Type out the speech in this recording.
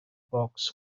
box